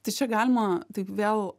tai čia galima taip vėl